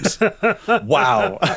Wow